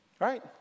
Right